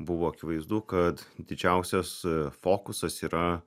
buvo akivaizdu kad didžiausias fokusas yra